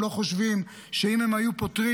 הם לא חושבים שאם הם היו פותרים,